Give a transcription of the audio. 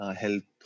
health